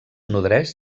nodreix